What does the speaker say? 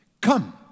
Come